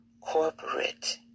corporate